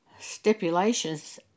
stipulations